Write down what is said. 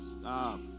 stop